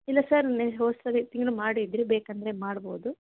ಇಲ್ಲ ಸರ್ ನೀವು ಹೋದ್ಸಲಿ ಮಾಡಿದ್ರಿ ಬೇಕಂದರೆ ಮಾಡ್ಬೋದು